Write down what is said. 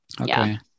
okay